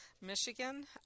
Michigan